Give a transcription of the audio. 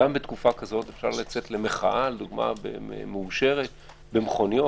גם בתקופה כזאת אפשר לצאת למחאה מאושרת במכוניות.